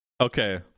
Okay